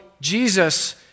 Jesus